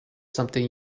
something